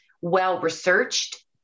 well-researched